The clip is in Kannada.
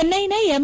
ಚೆನ್ನೈನ ಎಂ